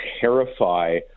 terrify